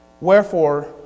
wherefore